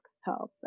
health